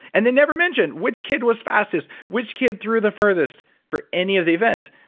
and they never mentioned which kid was fastest which kid threw the furthest for any of the events.